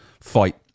fight